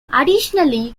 additionally